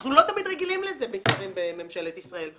אנחנו לא תמיד רגילים לזה משרים בממשלת ישראל.